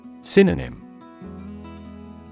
Synonym